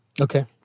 Okay